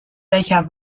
welcher